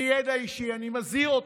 מידע אישי אני מזהיר אתכם: